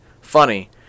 funny